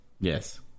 Yes